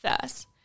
first